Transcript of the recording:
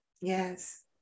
Yes